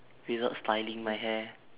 without styling my hair